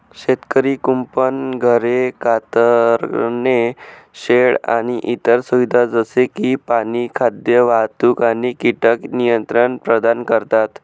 शेतकरी कुंपण, घरे, कातरणे शेड आणि इतर सुविधा जसे की पाणी, खाद्य, वाहतूक आणि कीटक नियंत्रण प्रदान करतात